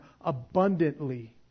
abundantly